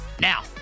Now